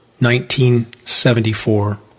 1974